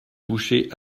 bouchée